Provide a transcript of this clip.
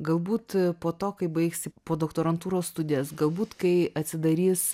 galbūt po to kai baigsi podoktorantūros studijas galbūt kai atsidarys